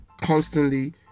constantly